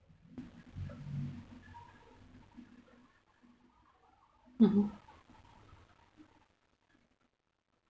mmhmm